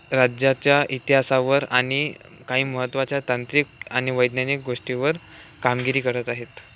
राज्याच्या इतिहासावर आणि काही महत्त्वाच्या तांत्रिक आणि वैज्ञानिक गोष्टीवर कामगिरी करत आहेत